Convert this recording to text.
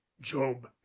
job